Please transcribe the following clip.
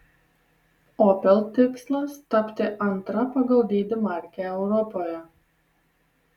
opel tikslas tapti antra pagal dydį marke europoje